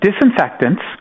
disinfectants